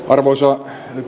arvoisa